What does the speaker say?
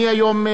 מי היום,